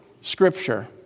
Scripture